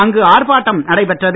அங்கு ஆர்ப்பாட்டம் நடைபெற்றது